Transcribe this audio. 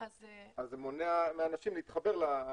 זה מונע מאנשים להתחבר.